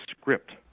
script